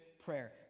prayer